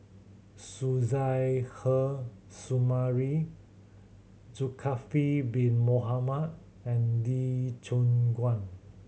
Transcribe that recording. Suzairhe Sumari Zulkifli Bin Mohamed and Lee Choon Guan